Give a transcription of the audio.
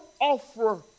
offer